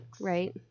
right